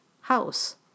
house